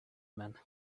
men